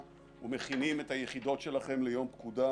קטנים וגדולים,